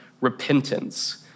repentance